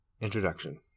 Introduction